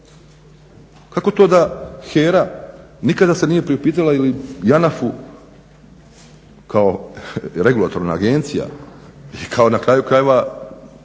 Kako to da HERA nikada se nije priupitala je li JANAF-u kao regulatorna agencija i kao na kraju krajeva,